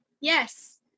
yes